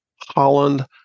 Holland